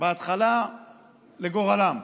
בהתחלה לגורלם.